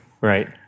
Right